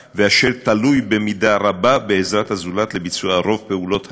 ותלוי במידה רבה בעזרת הזולת לביצוע רוב פעולות היום-יום,